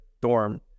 dorm